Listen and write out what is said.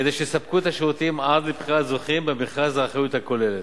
כדי שיספקו את השירותים עד לבחירת זוכים במכרז האחריות הכוללת.